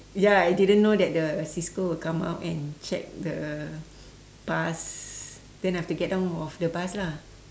ya I didn't know that the cisco would come up and check the bus then I have to get down of the bus lah